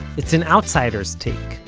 it's an outsider's take,